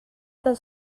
dels